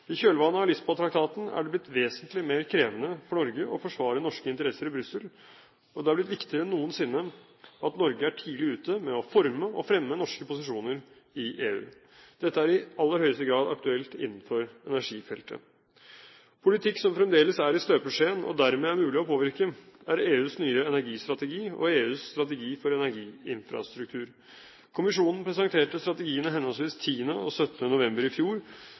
I kjølvannet av Lisboa-traktaten er det blitt vesentlig mer krevende for Norge å forsvare norske interesser i Brussel, og det er blitt viktigere enn noensinne at Norge er tidlig ute med å forme og fremme norske posisjoner i EU. Dette er i aller høyeste grad aktuelt innenfor energifeltet. Politikk som fremdeles er i støpeskjeen – og dermed er mulig å påvirke – er EUs nye energistrategi og EUs strategi for energiinfrastruktur. Kommisjonen presenterte strategiene henholdsvis 10. og 17. november i fjor,